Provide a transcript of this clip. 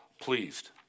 pleased